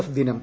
F ദിനം